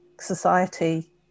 society